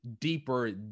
deeper